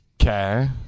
Okay